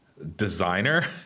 Designer